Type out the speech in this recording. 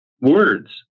words